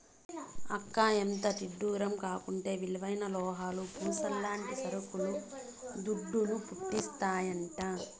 అక్కా, ఎంతిడ్డూరం కాకుంటే విలువైన లోహాలు, పూసల్లాంటి సరుకులు దుడ్డును, పుట్టిస్తాయంట